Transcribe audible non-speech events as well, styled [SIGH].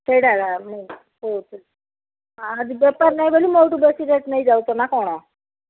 ସେଇଟା ଏକା ମେନ୍ [UNINTELLIGIBLE] ଆଜି ବେପାର ନାହିଁ ବୋଲି ମୋଠୁ ବେଶୀ ରେଟ୍ ନେଇ ଯାଉଛ ନାଁ କ'ଣ